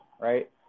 right